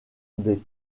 des